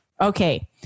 okay